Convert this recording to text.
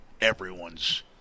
everyone's